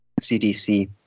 CDC